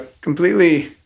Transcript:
completely